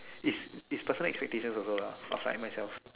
it's it's personal expectation also lah like of myself